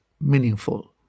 meaningful